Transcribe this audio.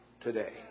today